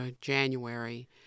January